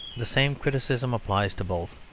the same criticism applies to both.